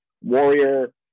warrior